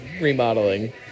remodeling